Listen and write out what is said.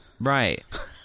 Right